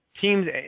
Teams